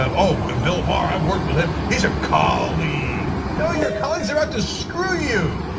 um ah bill barr, i worked with him. he's a colleague, no, your colleagues are out to screw you.